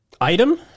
Item